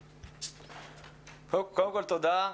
תודה.